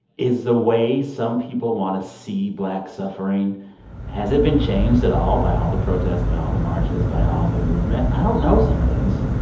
is the way some people want to see black suffering has it been changed at all by all the protests, by all the marches, by all the movement? i don't know some days.